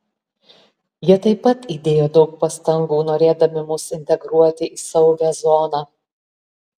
jie taip pat įdėjo daug pastangų norėdami mus integruoti į saugią zoną